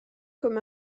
comme